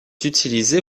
utilisée